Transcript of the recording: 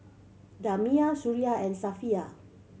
Damia Suria and Safiya